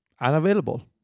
unavailable